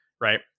right